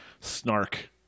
snark